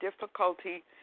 difficulty